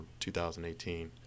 2018